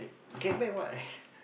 get back what